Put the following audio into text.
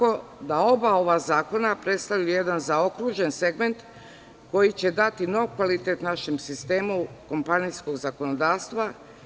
Oba ova zakona predstavljaju jedan zaokružen segment koji će dati novi kvalitet našem sistemu kompanijskog zakonodavstva.